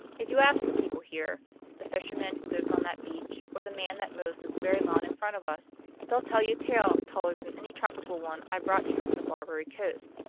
if you ask the people here the fisherman who lives on that beach, or the man that mows this very lawn in front of us they'll tell you tales taller than any tropical one i brought you from the barbary coast.